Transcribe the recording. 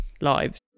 lives